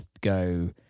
go